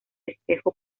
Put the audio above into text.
espejo